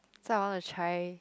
so I want to try